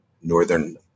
northern